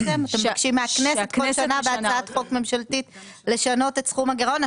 אתם מבקשים מהכנסת כל שנה בהצעת חוק ממשלתית לשנות את סכום הגירעון.